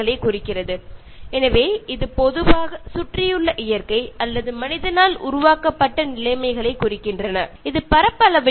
ചുറ്റുപാട് എന്ന് പറഞ്ഞാൽ പ്രകൃതിദത്തമായതോ അല്ലെങ്കിൽ മനുഷ്യനിർമ്മിതമായതോ ആയ നമ്മുക്കു ചുറ്റുമുള്ള പ്രകൃതിയെ ആണ് ചുറ്റുപാട് എന്ന് പറയുന്നത്